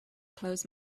close